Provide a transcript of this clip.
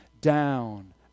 down